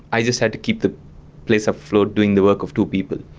i just had to keep the place afloat doing the work of two people.